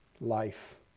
life